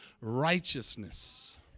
righteousness